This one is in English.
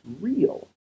real